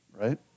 Right